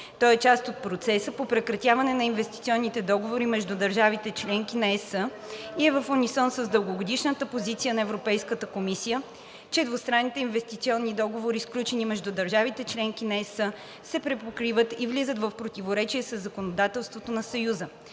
То е част от процеса по прекратяване на инвестиционните договори между държавите – членки на ЕС, и е в унисон с дългогодишната позиция на Европейската комисия, че двустранните инвестиционни договори, сключени между държавите – членки на ЕС, се припокриват и влизат в противоречие със законодателството на Съюза,